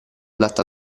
adatto